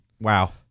Wow